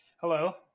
hello